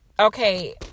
okay